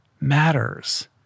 matters